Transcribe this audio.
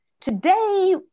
today